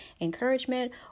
encouragement